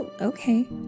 Okay